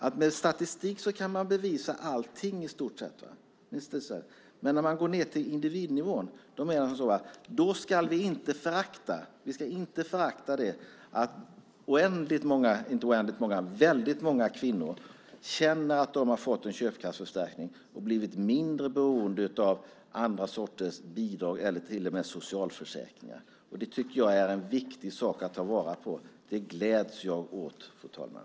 Med statistik kan man bevisa i stort sett allting, men när vi går ned till individnivån ska vi inte förakta detta att väldigt många kvinnor känner att de har fått en köpkraftsförstärkning och blivit mindre beroende av andra sorters bidrag eller till och med socialförsäkringar. Jag tycker att det är en viktig sak att ta vara på. Det gläds jag åt, fru talman.